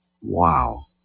Wow